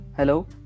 Hello